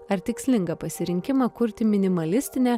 ar tikslingą pasirinkimą kurti minimalistinę